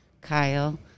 Kyle